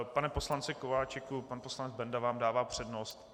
Pane poslanče Kováčiku, pan poslanec Benda vám dává přednost.